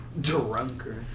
Drunker